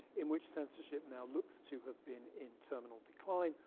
in which censorship now looks to have been in terminal decline,